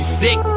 sick